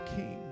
King